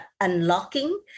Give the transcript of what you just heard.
unlocking